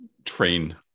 train